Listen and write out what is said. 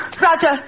Roger